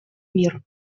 мир